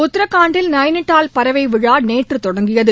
உத்ரகாண்டில் நைனிடால் பறவை விழா நேற்று தொடங்கியது